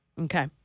Okay